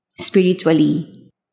Spiritually